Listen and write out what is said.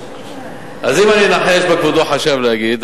אז אם אני אנחש מה כבודו חשב להגיד,